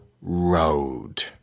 Road